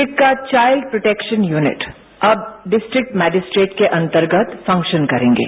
district का child protection unit अब district magistrate के अन्तर्गत फंक्शन करेंगे